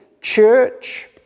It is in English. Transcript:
church